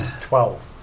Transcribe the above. Twelve